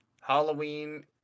Halloween